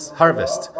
harvest